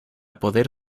poder